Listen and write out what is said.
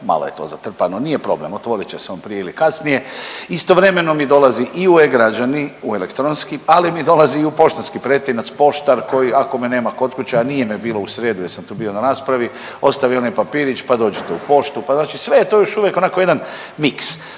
malo je to zatrpano, nije problem otvorit će se on prije ili kasnije. Istovremeno mi dolazi u e-građani u elektronski, ali mi dolazi i u poštanski pretinac poštar koji ako me nema kod kuće, a nije me bilo u srijedu jer sam tu bio na raspravi, ostavio mi je papirić pa dođete u poštu. Znači sve je to još uvijek onako jedan mix.